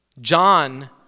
John